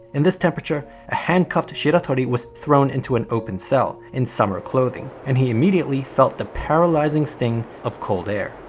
in this temperature a handcuffed shiratori was thrown into an open cell in summer clothing, and he immediately felt the paralyzing sting of cold air.